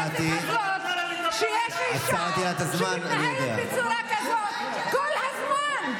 ממש לא סביר בכנסת הזאת שיש אישה שמתנהלת בצורה כזאת כל הזמן.